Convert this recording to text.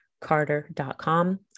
carter.com